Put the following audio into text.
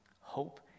Hope